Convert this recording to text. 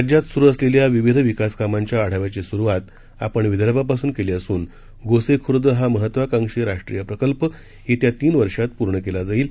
राज्यात सुरू असलेल्या विविध विकासकामांच्या आढाव्याची सुरुवात आपण विदर्भापासून केली असून गोसेखुर्द हा महत्वाकांक्षी राष्ट्रीय प्रकल्प येत्या तीन वर्षात पूर्ण केला जाईल